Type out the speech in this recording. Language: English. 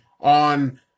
on